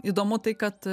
įdomu tai kad